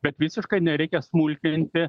bet visiškai nereikia smulkinti